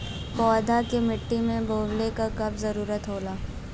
पौधा के मिट्टी में बोवले क कब जरूरत होला